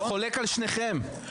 אני חולק על שניכם.